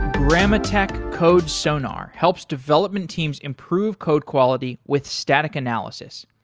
grammatech codesonar helps development teams improve code quality with static analysis.